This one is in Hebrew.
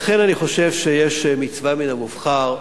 לכן אני חושב שיש מצווה מן המובחר,